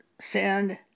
send